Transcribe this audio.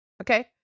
okay